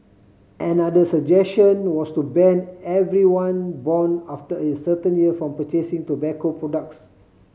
another suggestion was to ban everyone born after a certain year from purchasing tobacco products